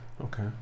Okay